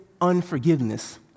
unforgiveness